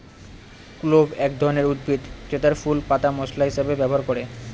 clove এক ধরনের উদ্ভিদ যেটার ফুল, পাতা মশলা হিসেবে ব্যবহার করে